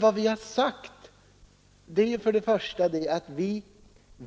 Vad vi sagt är ju först och främst att vi